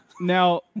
Now